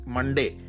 Monday